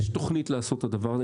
יש תוכנית לעשות את הדבר הזה.